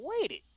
waited